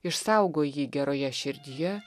išsaugo jį geroje širdyje